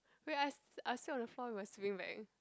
wait I s~ I sleep on the floor with my sleeping bag